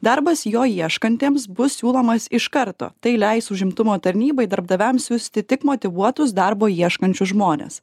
darbas jo ieškantiems bus siūlomas iš karto tai leis užimtumo tarnybai darbdaviams siųsti tik motyvuotus darbo ieškančius žmones